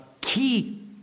key